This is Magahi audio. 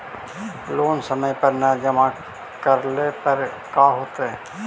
लोन समय पर न जमा करला पर का होतइ?